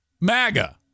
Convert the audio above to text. MAGA